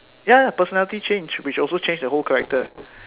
ya personality change which also change the whole character